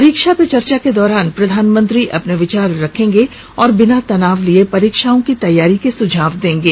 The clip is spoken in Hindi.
परीक्षा पे चर्चा के दौरान प्रधानमंत्री अपने विचार रखेंगे और बिना तनाव लिए परीक्षाओं की तैयारी के सुझाव देंगे